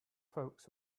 folks